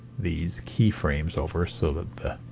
these keyframes over so that the